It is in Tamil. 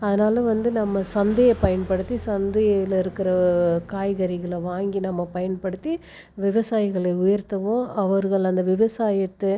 ஆனாலும் வந்து நம்ம சந்தையை பயன்படுத்தி சந்தையில் இருக்குகிற காய்கறிகளை வாங்கி நம்ம பயன்படுத்தி விவசாயிகளை உயர்த்தவும் அவர்கள் அந்த விவசாயத்தை